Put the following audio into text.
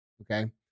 okay